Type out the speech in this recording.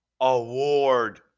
award